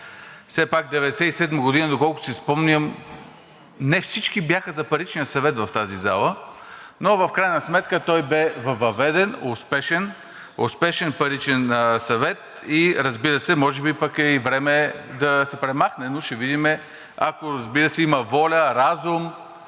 Все пак през 1997 г., доколкото си спомням, не всички бяха за Паричния съвет в тази зала, но в крайна сметка той бе въведен, успешен Паричен съвет, и разбира се, може би е време да се премахне, но ще видим, ако, разбира се, има воля, разум